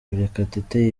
murekatete